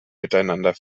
miteinander